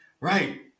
right